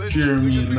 Jeremy